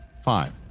Five